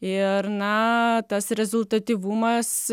ir na tas rezultatyvumas